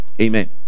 amen